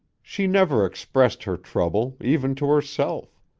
she never expressed her trouble, even to herself.